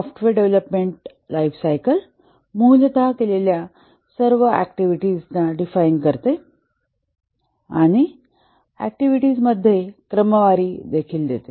software development lifecycle मूलत केलेल्या सर्व ऍक्टिव्हिटीज डिफाइन करते आणि त्या ऍक्टिव्हिटीजमध्ये क्रमवारी देखील देते